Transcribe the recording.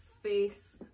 face